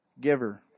giver